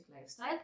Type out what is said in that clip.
Lifestyle